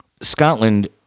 Scotland